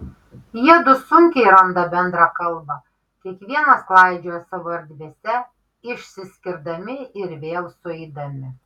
jiedu sunkiai randa bendrą kalbą kiekvienas klaidžioja savo erdvėse išsiskirdami ir vėl sueidami